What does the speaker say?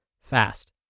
fast